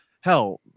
Hell